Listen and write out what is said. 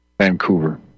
Vancouver